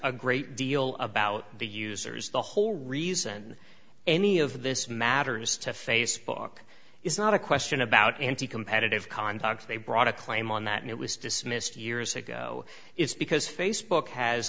a great deal about the users the whole reason any of this matters to facebook is not a question about anti competitive conduct they brought a claim on that and it was dismissed years ago it's because facebook has